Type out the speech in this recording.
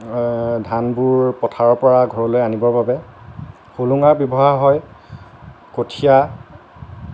ধানবোৰ পথাৰৰ পৰা ঘৰলৈ আনিবৰ বাবে হোলোঙা ব্যৱহাৰ হয় কঠিয়া